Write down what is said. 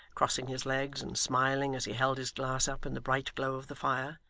crossing his legs, and smiling as he held his glass up in the bright glow of the fire.